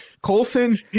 Colson